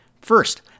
First